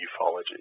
Ufology